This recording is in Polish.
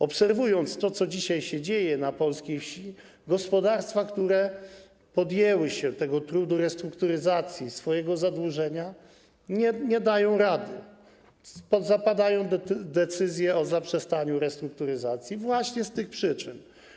Obserwując to, co dzisiaj dzieje się na polskiej wsi, gospodarstwa, które podjęły się tego trudu restrukturyzacji zadłużenia, nie dają rady, zapadają decyzje o zaprzestaniu restrukturyzacji właśnie z tych przyczyn.